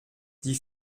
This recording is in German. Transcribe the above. die